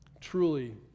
Truly